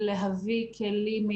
להביא כלים,